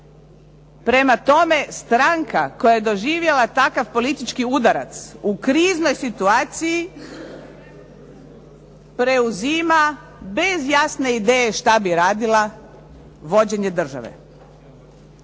prema tome stranka koja je doživjela takav politički udarac u kriznoj situaciji preuzima bez jasne ideje što bi radila, vođenje države.